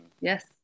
Yes